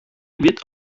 wird